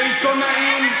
ועיתונאים,